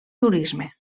turisme